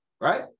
right